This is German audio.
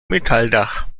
metalldach